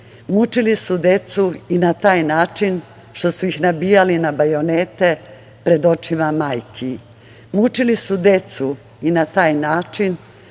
Mučili su decu i na taj način što su ih nabijali na bajonete pred očima majki. Mučili su decu i na taj način